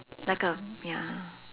like uh ya